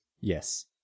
Yes